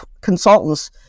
consultants